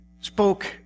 spoke